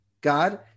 God